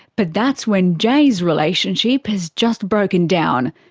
but that's when jay's relationship has just broken down,